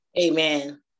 Amen